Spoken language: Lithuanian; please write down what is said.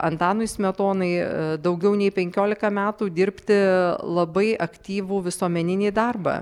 antanui smetonai daugiau nei penkiolika metų dirbti labai aktyvų visuomeninį darbą